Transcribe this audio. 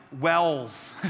wells